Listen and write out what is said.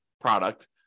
product